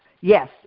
Yes